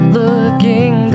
looking